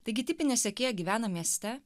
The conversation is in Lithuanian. taigi tipinė sekėja gyvena mieste